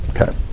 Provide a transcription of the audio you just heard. Okay